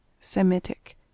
Semitic